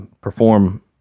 perform